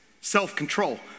self-control